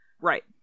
Right